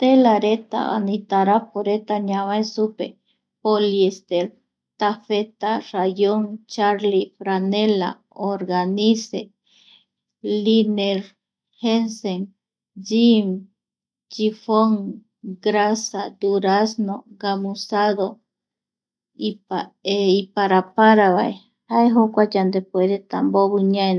Telareta ani taraporeta ñavae supe poliester, tafeta, rayon, charly, franela organise, liner, jensen, yin, chifon, grasa, durazno gamusado, iparaparava jae jokua yandepuereta mbovi ñaenii.